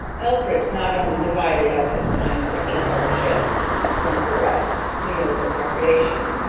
alfred not only divided up his time into eight-hour shifts one for rest, meals, and recreation,